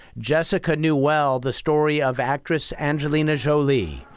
jessica knew well the story of actress angelina jolie,